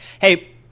Hey